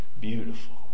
beautiful